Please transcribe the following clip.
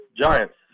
Giants